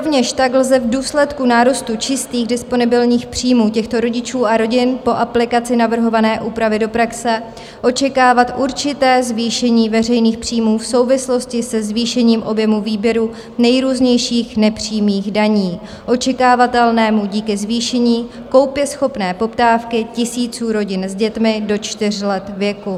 Rovněž tak lze v důsledku nárůstu čistých disponibilních příjmů těchto rodičů a rodin po aplikaci navrhované úpravy do praxe očekávat určité zvýšení veřejných příjmů v souvislosti se zvýšením objemu výběru nejrůznějších nepřímých daní, očekávatelnému díky zvýšení koupěschopné poptávky tisíců rodin s dětmi do čtyř let věku.